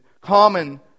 common